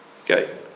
Okay